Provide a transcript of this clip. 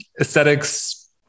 aesthetics